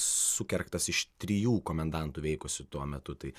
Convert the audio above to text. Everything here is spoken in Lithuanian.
sukergtas iš trijų komendantų veikusių tuo metu tai